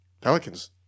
Pelicans